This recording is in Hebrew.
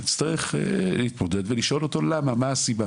יצטרך להתמודד ולענות לנו מה הסיבה,